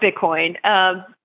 Bitcoin